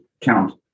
count